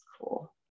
cool